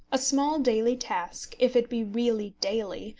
a small daily task, if it be really daily,